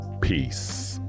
Peace